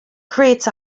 creates